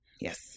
Yes